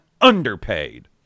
underpaid